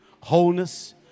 wholeness